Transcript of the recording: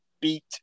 beat